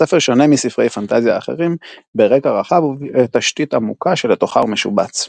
הספר שונה מספרי פנטזיה אחרים ברקע רחב ובתשתית עמוקה שלתוכה הוא משובץ.